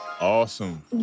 Awesome